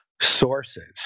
sources